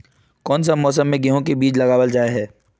कोन सा मौसम में गेंहू के बीज लगावल जाय है